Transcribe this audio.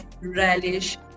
relish